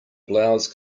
blouse